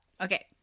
Okay